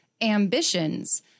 ambitions